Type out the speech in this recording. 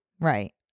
Right